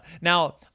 Now